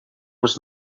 was